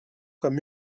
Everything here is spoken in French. comme